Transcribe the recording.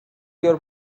your